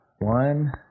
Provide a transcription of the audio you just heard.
one